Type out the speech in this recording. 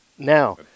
Now